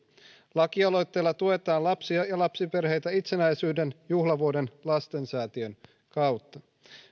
lakialoitteella tuetaan lapsia ja lapsiperheitä itsenäisyyden juhlavuoden lastensäätiön kautta